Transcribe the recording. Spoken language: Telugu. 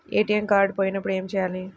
ఏ.టీ.ఎం కార్డు పోయినప్పుడు ఏమి చేయాలి?